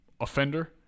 offender